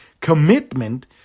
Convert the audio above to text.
commitment